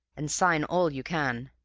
and sign all you can.